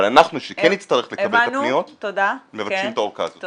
אבל אנחנו שכן נצטרך לקבל את הפניות מבקשים את הארכה הזאת.